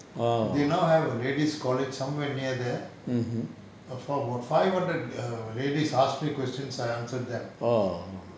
they now have a lady's college somewhere near there about five hundred ladies ask me questions I answered them